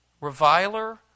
reviler